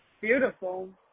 beautiful